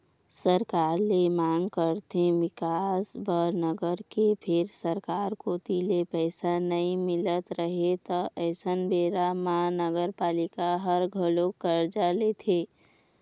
सरकार ले मांग करथे बिकास बर नगर के फेर सरकार कोती ले पइसा नइ मिलत रहय त अइसन बेरा म नगरपालिका ह घलोक करजा लेथे